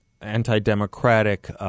anti-democratic